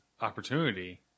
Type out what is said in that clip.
opportunity